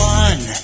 one